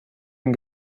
and